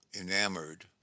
enamored